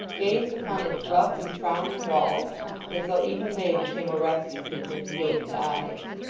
gazed upon its rough and frowning walls as though even they became a refuge in his jaded eyes.